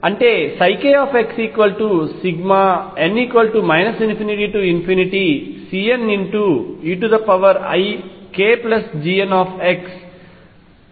అంటే kx n ∞CneikGnxరూపంలో ఉంటుంది